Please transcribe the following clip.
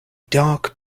dark